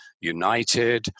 United